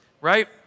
right